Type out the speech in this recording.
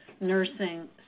nursing